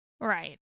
Right